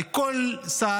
הרי כל שר